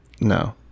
No